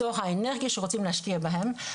גרעין בתוך האנרגיה שרוצים להשקיע בהם,